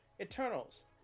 eternals